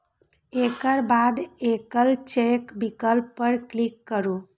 एकर बाद एकल चेक विकल्प पर क्लिक करू